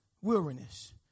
weariness